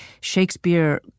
Shakespeare